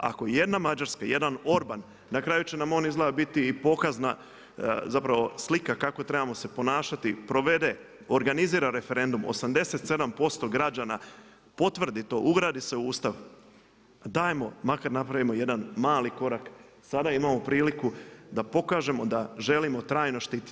Ako jedna Mađarska, jedan Orban, na kraju će nam on izgleda biti i pokazna, zapravo slika kako trebamo se ponašati, provede, organizira referendum 87% građana potvrdi to, ugradi se u Ustav, dajmo, makar napravimo jedan mali korak, sada imamo priliku da pokažemo da želimo trajno štiti.